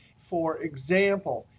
for example,